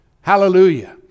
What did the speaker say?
Hallelujah